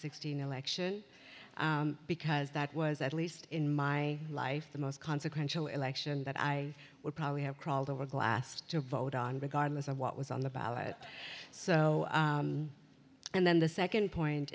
sixth election because that was at least in my life the most consequential election that i would probably have crawled over glass to vote on regardless of what was on the ballot so and then the second point